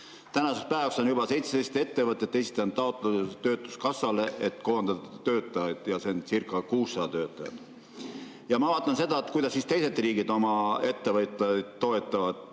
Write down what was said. Tänaseks päevaks on juba 17 ettevõtet esitanud taotluse töötukassale, et koondada töötajaid, ja see oncirca600 töötajat. Ma vaatan seda, kuidas teised riigid oma ettevõtjaid toetavad.